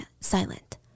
silent